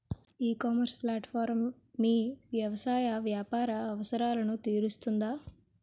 ఈ ecommerce platform మీ వ్యవసాయ వ్యాపార అవసరాలను తీరుస్తుందా?